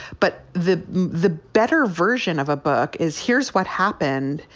but the the better version of a book is here's what happened.